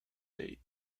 date